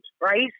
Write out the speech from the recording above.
right